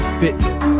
fitness